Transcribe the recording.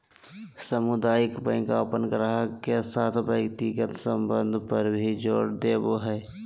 सामुदायिक बैंक अपन गाहक के साथ व्यक्तिगत संबंध पर भी जोर देवो हय